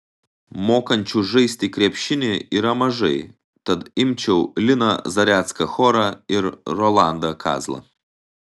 mokančių žaisti krepšinį yra mažai tad imčiau liną zarecką chorą ir rolandą kazlą